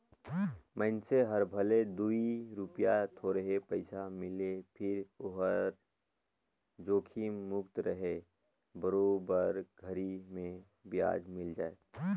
मइनसे हर भले दूई रूपिया थोरहे पइसा मिले फिर ओहर जोखिम मुक्त रहें बरोबर घरी मे बियाज मिल जाय